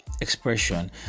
expression